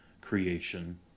creation